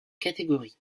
catégorie